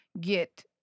get